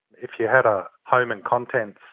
if you had a home and contents,